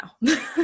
now